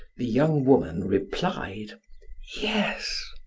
the young woman replied yes,